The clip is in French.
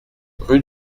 rue